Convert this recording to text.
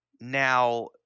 now